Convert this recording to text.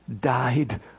died